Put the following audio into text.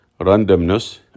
randomness